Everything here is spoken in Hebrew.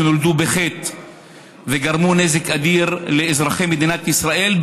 שנולדו בחטא וגרמו נזק אדיר לאזרחי מדינת ישראל,